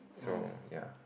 so ya